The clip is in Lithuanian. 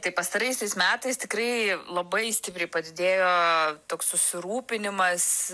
tai pastaraisiais metais tikrai labai stipriai padidėjo toks susirūpinimas